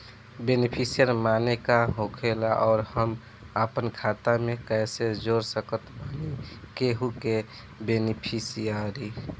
Beneficiary माने का होखेला और हम आपन खाता मे कैसे जोड़ सकत बानी केहु के बेनीफिसियरी?